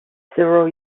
several